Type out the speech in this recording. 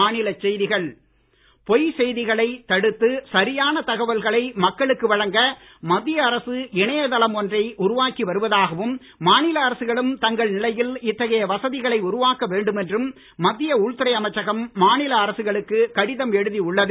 பொய்ச் செய்தி பொய்ச் செய்திகளைத் தடுத்து சரியான தகவல்களை மக்களுக்கு வழங்க மத்திய அரசு இணையதளம் ஒன்றை உருவாக்கி வருவதாகவும் மாநில அரசுகளும் தங்கள் நிலையில் இத்தகைய வசதிகளை உருவாக்க வேண்டும் என்றும் மத்திய உள்துறை அமைச்சகம் மாநில அரசுகளுக்கு கடிதம் எழுதி உள்ளது